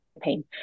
Pain